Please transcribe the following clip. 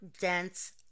dense